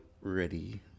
ready